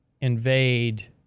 invade